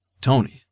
Tony